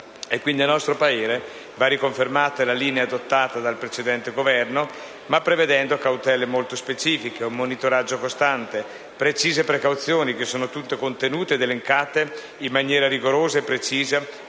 Quindi, a nostro parere, va riconfermata la linea adottata dal precedente Governo, ma prevedendo cautele molto specifiche, un monitoraggio costante e precise precauzioni, che sono tutte contenute ed elencate in maniera rigorosa e precisa